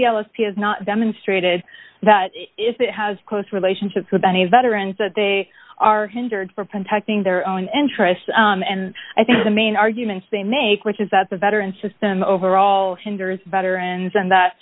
the l s p has not demonstrated that it has close relationships with many veterans that they are injured for protecting their own interests and i think the main arguments they make which is that the veterans system overall hinders veterans and that